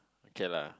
okay lah